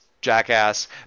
jackass